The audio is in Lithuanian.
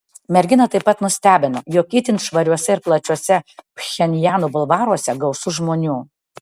merginą taip pat nustebino jog itin švariuose ir plačiuose pchenjano bulvaruose gausu žmonių